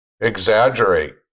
exaggerate